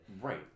right